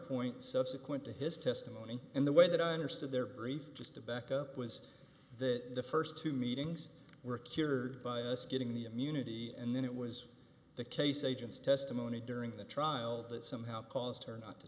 point subsequent to his testimony and the way that i understood their brief just to back up was that the first two meetings were cured by us getting the immunity and then it was the case agents testimony during the trial that somehow caused her not to